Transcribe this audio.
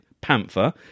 Panther